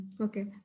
Okay